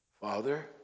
Father